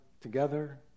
together